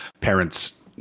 parents